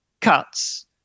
cuts